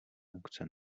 funkce